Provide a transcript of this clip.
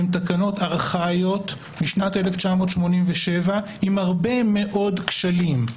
הן תקנות ארכאיות משנת 1987 עם הרבה מאוד כשלים.